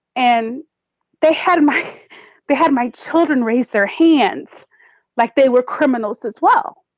and they had my they had my children raise their hands like they were criminals as well.